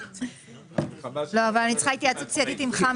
אני צריכה התייעצות סיעתית עם חמד.